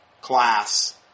class